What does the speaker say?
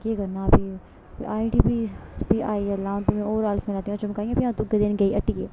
केह् करना फ्ही आए उठी फ्ही फ्ही आइयै होर ऐल्फियां लैतियां चमकाइयां फ्ही दुए दिन गेई हट्टियै